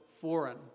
foreign